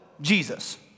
Jesus